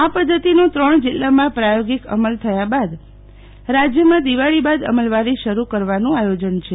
આ પદ્ધતિનો ત્રણ જીલ્લામાં પ્રાયોગિક અમલ થયા બાદ રાજ્યમાં દિવાળી બાદ અમલવારી શરૂ કરવાનું આયોજન છે